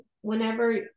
whenever